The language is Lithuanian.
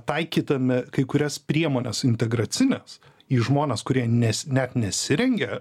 taikydami kai kurias priemones integracines į žmones kurie nes net nesirengia